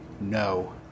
no